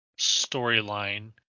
storyline